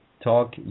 talk